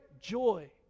joy